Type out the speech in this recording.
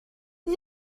wie